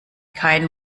kein